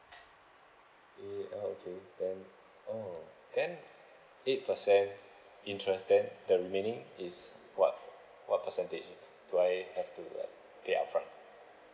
eh uh okay then oh then eight percent interest then the remaining is what what percentage do I have to like pay upfront